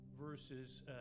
versus